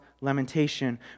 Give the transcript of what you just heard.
lamentation